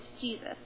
Jesus